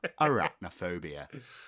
arachnophobia